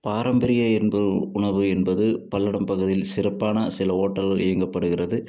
பாரம்பரிய என்பர் உணவு என்பது பல்லடம் பகுதியில் சிறப்பான சில ஹோட்டல் இயங்கப்படுகிறது